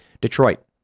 Detroit